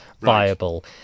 viable